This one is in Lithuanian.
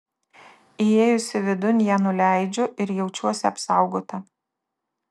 įėjusi vidun ją nuleidžiu ir jaučiuosi apsaugota